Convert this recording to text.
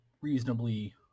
reasonably